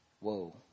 Whoa